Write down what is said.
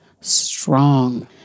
strong